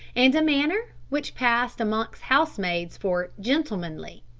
and a manner which passed amongst housemaids for gentlemanly,